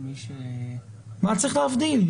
מה צריך להבדיל?